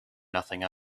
nothing